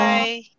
Bye